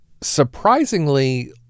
surprisingly